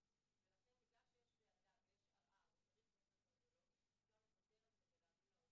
ברגע שיש רופא משפחה שמכיר את החולה,